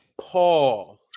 Paul